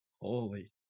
holy